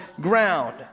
ground